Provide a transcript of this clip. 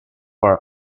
our